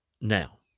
Now